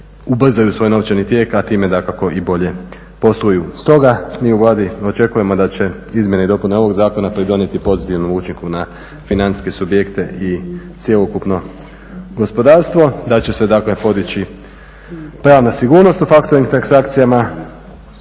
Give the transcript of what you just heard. ubrzaju svoj novčani tijek, a time dakako i bolje posluju. Stoga mi u Vladi očekujemo da će izmjene i dopune ovog zakona pridonijeti pozitivnom učinku na financijske subjekte i cjelokupno gospodarstvo, da će se dakle podići pravna sigurnost o faktoring transakcijama